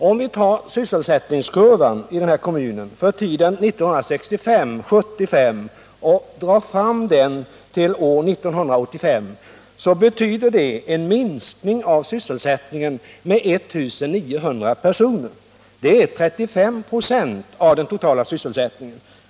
Om vi tar sysselsättningskurvan i denna kommun för tiden 1965-1975 och drar fram den till år 1985, så betyder det en minskning av sysselsättningen med 1 900 personer. Det är 35 96 av den totala sysselsättningen.